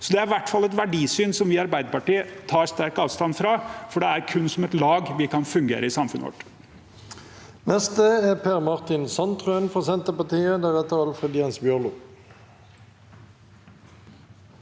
Det er i hvert fall et verdisyn som vi i Arbeiderpartiet tar sterkt avstand fra, for det er kun som et lag vi kan fungere i samfunnet vårt.